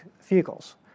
vehicles